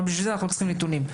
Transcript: אבל בשביל זה אנחנו צריכים נתונים.